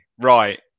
right